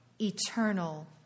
eternal